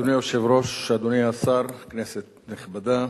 אדוני היושב-ראש, אדוני השר, כנסת נכבדה,